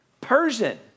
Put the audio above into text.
Persian